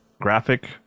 graphic